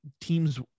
teams